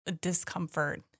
discomfort